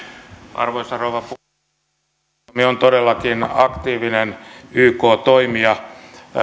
arvoisa rouva puhemies suomi on todellakin aktiivinen yk toimija